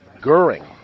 Goering